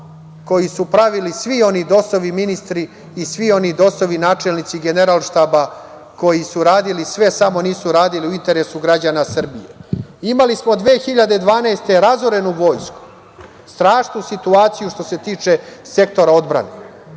koji su pravili svi oni DOS-ovi ministri i svi oni DOS-ovi načelnici Generalštaba koji su radili sve, samo nisu radili u interesu građana Srbije. Imali smo 2012. godine razorenu vojsku. Strašnu situaciju, što se tiče sektora odbrane.